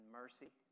mercy